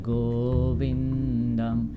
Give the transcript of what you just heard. Govindam